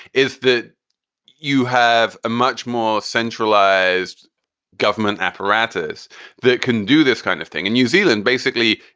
is that you have a much more centralized government apparatus that can do this kind of thing. and new zealand, basically.